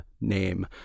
name